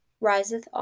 riseth